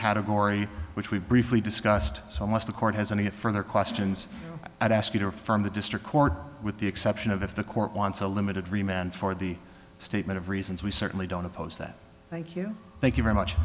category which we've briefly discussed so much the court has any at further questions i've asked her from the district court with the exception of if the court wants a limited remained for the statement of reasons we certainly don't oppose that thank you thank you very much